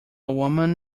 woman